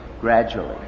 gradually